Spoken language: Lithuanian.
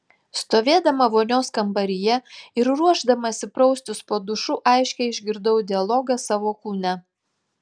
stovėdama vonios kambaryje ir ruošdamasi praustis po dušu aiškiai išgirdau dialogą savo kūne